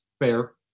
fair